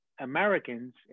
americans